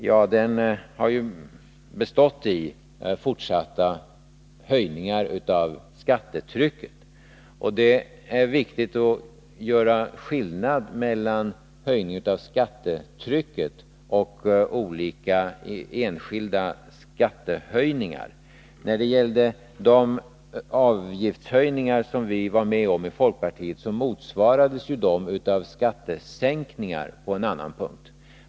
Åtgärderna har bestått av fortsatta höjningar av skattetrycket. Det är viktigt att göra skillnad mellan höjning av skattetrycket och olika enskilda skattehöjningar. De avgiftshöjningar som folkpartiet var med om motsvarades av skattesänkningar på en annan punkt.